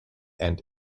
and